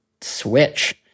switch